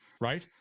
right